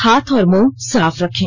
हाथ और मुंह साफ रखें